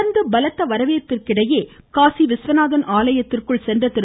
தொடர்ந்து பலத்த வரவேற்பிற்க்கிடையே காசி விஸ்வநாதன் ஆலயத்திற்குள் சென்ற திரு